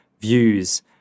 views